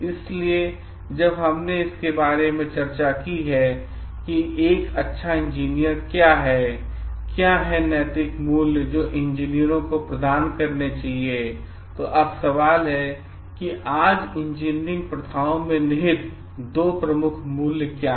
इसलिए जब हमने इस बारे में चर्चा की है कि एक अच्छा इंजीनियर क्या है और क्या हैं नैतिक मूल्य जो इंजीनियरों को प्रदान करने चाहिए अब सवाल है कि आज इंजीनियरिंग प्रथाओं में निहित दो प्रमुख मूल्य क्या हैं